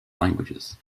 languages